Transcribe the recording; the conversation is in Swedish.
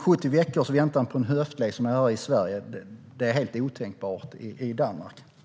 70 veckors väntan på en höftled, som det är här i Sverige, är helt otänkbart i Danmark.